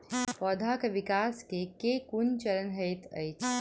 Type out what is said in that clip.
पौधाक विकास केँ केँ कुन चरण हएत अछि?